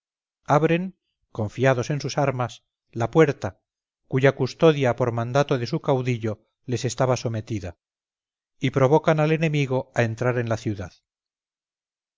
abren confiados en sus armas la puerta cuya custodia por mandato de su caudillo les estaba sometida y provocan al enemigo a entrar en la ciudad